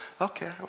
Okay